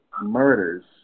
murders